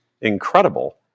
incredible